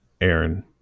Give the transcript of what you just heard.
Aaron